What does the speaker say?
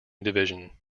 division